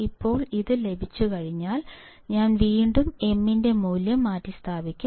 ഇപ്പോൾ ഇത് ലഭിച്ചുകഴിഞ്ഞാൽ ഞാൻ വീണ്ടും m ന്റെ മൂല്യം മാറ്റിസ്ഥാപിക്കും